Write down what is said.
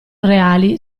reali